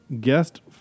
guest